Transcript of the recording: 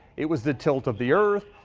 it was the tilt of the earth.